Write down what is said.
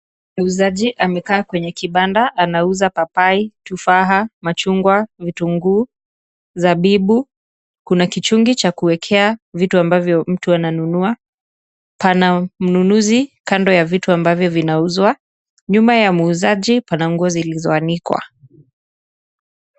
Muuzaji amekaa kwenye kibanda anauza papai, tufaha, machungwa, vitunguu, zabibu. Kuna kichungi cha kuwekea vitu ambavyo mtu ananunua. Pana mnunuzi kando ya vitu ambavyo vinauzwa. Nyuma ya muuzaji pana nguo zilizoanikwa.